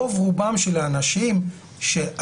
רוב רובם של האנשים שענו,